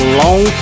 long